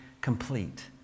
complete